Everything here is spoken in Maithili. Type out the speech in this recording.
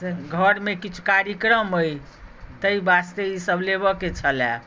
घरमे किछु कार्यक्रम अइ ताहि वास्ते ईसभ लेबय के छलए